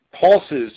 pulses